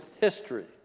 history